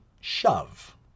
shove